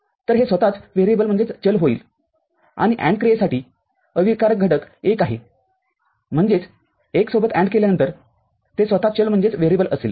तर हे स्वतःच चल होईल आणि AND क्रियेसाठी अविकारक घटक १ आहेम्हणजेच १ सोबत ANDकेल्यानंतरते स्वतः चलअसेल